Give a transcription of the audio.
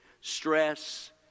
stress